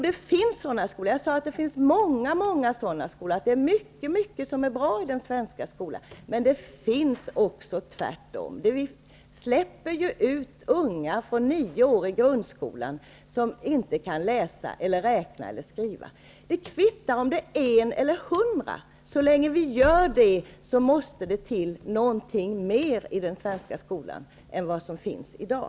Det finns många sådana skolor. Det är mycket som är bra i den svenska skolan. Men det finns också motsatsen. Vi släpper ju ut ungar som efter nio år i grundskolan inte kan läsa eller räkna eller skriva. Det kvittar om det är en eller hundra. Så länge vi gör det, måste det till någonting mera i den svenska skolan än vad som finns i dag.